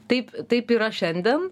taip taip yra šiandien